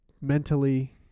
mentally